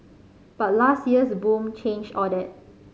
but last year's boom changed all that